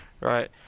Right